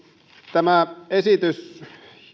tämä esitys